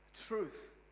Truth